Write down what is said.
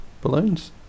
balloons